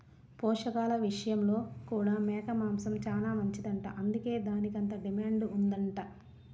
పోషకాల విషయంలో కూడా మేక మాంసం చానా మంచిదంట, అందుకే దానికంత డిమాండ్ ఉందంట